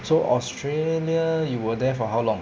so australia you were there for how long